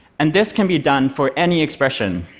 and this can be done for any expression.